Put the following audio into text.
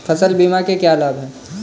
फसल बीमा के क्या लाभ हैं?